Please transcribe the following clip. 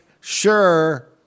sure